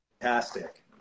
fantastic